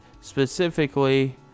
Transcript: specifically